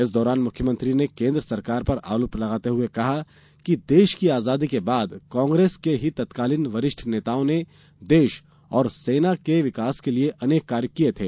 इस दौरान मुख्यमंत्री ने केंद्र सरकार पर आरोप लगाते हुए कहा कि देश की आजादी के बाद कांग्रेस के ही तत्कालीन वरिष्ठ नेताओं ने देश और सेना के विकास के लिए अनेक कार्य किए थे